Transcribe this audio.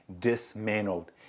dismantled